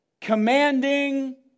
commanding